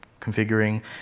configuring